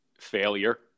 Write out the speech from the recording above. failure